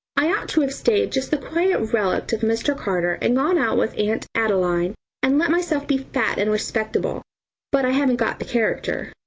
i ought to have stayed just the quiet relict of mr. carter and gone out with aunt adeline and let myself be fat and respectable but i haven't got the character.